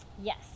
Yes